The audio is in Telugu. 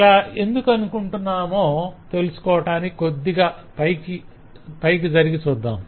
ఇలా ఎందుకనుకుంటున్నామో తెలుసుకోవాటానికి క్రొద్దిగా పైకి జరిగి చూద్దాం